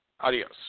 Adios